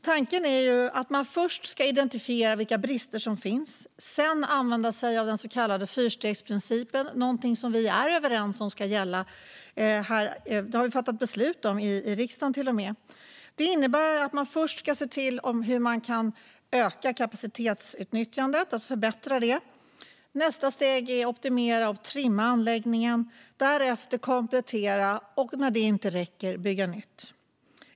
Tanken är att man först ska identifiera vilka brister som finns och sedan använda sig av den så kallade fyrstegsprincipen, som vi är överens om ska gälla; det har vi till och med fattat beslut om i riksdagen. Detta innebär att man först ska se på hur man kan öka, det vill säga förbättra, kapacitetsutnyttjandet. Nästa steg är att optimera och trimma anläggningen. Därefter ska man komplettera och när det inte räcker bygga nytt.